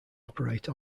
operate